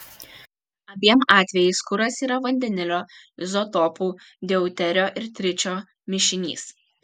abiem atvejais kuras yra vandenilio izotopų deuterio ir tričio mišinys